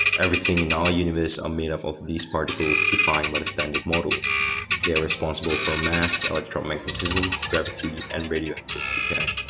everything in our universe are made up of these particles defined by the standard model they are responsible for mass, electromagnetism, gravity and radioactive decay.